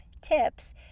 tips